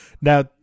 now